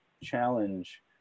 challenge